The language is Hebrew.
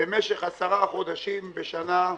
במשך 10 חודשים בשנה,